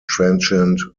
transient